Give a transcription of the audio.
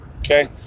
Okay